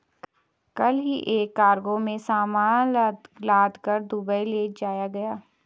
कल ही एक कार्गो में सामान लादकर दुबई ले जाया गया